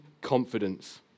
confidence